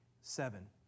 seven